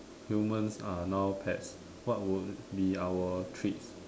humans are now pets what would be our treats